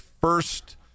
first